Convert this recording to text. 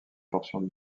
portion